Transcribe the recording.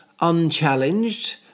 unchallenged